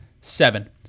seven